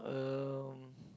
um